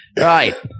right